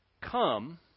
come